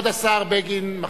כבוד השר בגין,